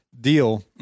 deal